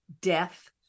death